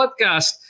podcast